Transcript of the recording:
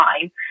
time